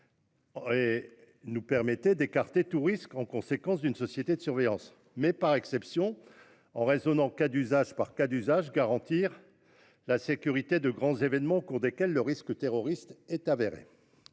qui nous permet d'éviter tout risque d'une société de surveillance. Ensuite, et par exception, en raisonnant cas d'usage par cas d'usage, celui de garantir la sécurité des grands événements au cours desquels le risque terroriste est avéré.